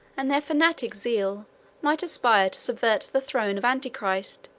and their fanatic zeal might aspire to subvert the throne of anti-christ,